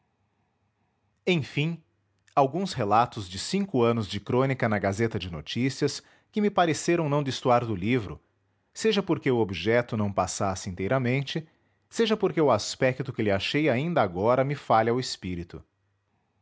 enfim alguns retalhos de cinco anos de crônica na gazeta de notícias que me pareceram não destoar do livro seja porque o objeto não passasse inteiramente seja porque o aspecto que lhe achei ainda agora me fale ao espírito